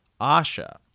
Asha